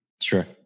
Sure